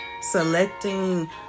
selecting